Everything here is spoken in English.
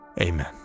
amen